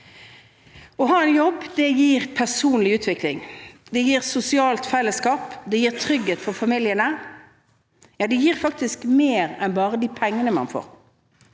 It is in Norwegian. Å ha en jobb gir personlig utvikling, et sosialt fellesskap og trygghet for familiene, ja, det gir faktisk mer enn bare de pengene man får.